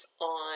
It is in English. on